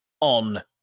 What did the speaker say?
on